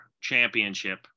Championship